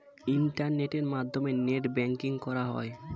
ইন্টারনেটের মাধ্যমে net banking করা হয়